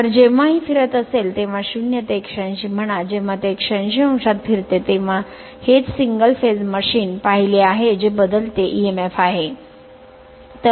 तर जेव्हा ही फिरत असेल तेव्हा 0 ते 180 म्हणा जेव्हा ते180 o फिरते तेव्हा हेच सिंगल फेज मशीन पाहिले आहे जे बदलते emf आहे